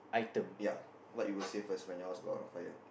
ya what would you save first when your house got caught on fire